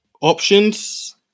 options